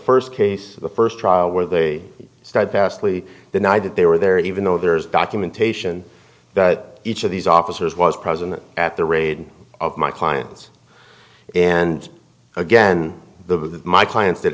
first case the first trial where they started vastly deny that they were there even though there is documentation that each of these officers was present at the raid of my clients and again the my clients